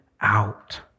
out